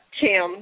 Tim